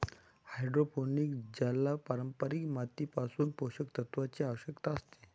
hydroponic ज्याला पारंपारिक मातीपासून पोषक तत्वांची आवश्यकता असते